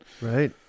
Right